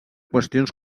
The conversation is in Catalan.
qüestions